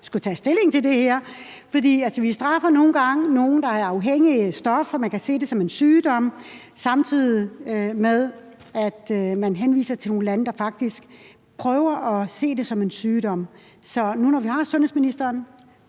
skal tage stilling til det her. For vi straffer nogle gange nogle, der er afhængige af stoffer – man kan se det som en sygdom – samtidig med at man henviser til nogle lande, der faktisk prøver at se det som en sygdom. Så nu, hvor vi har sundhedsministeren